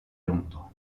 londres